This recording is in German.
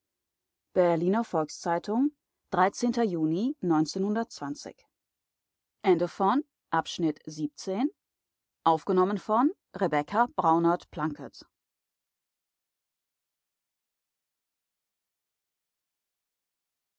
berliner volks-zeitung juni